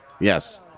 Yes